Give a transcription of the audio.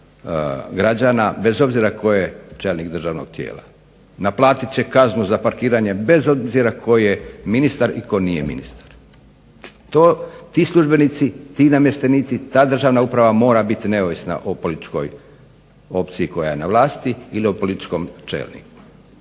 bez obzira tko je čelnik državnog tijela. Naplatit će kaznu za parkiranje bez obzira tko je ministar i tko nije ministar. Ti službenici, ti namještenici, ta državna uprava mora biti neovisna o političkoj opciji koja je na vlasti ili o političkom čelniku.